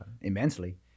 immensely